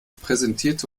präsentierte